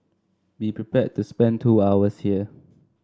be prepared to spend two hours here